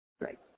right